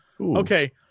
Okay